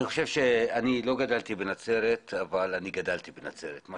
אני לא גדלתי בנצרת אבל אני גדלתי בנצרת.